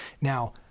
now